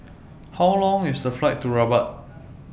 How Long IS The Flight to Rabat